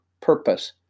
purpose